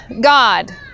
God